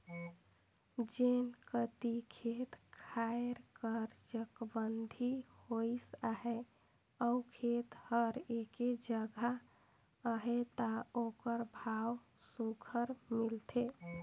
जेन कती खेत खाएर कर चकबंदी होइस अहे अउ खेत हर एके जगहा अहे ता ओकर भाव सुग्घर मिलथे